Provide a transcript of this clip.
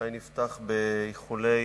אני אפתח באיחולי